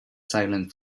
silent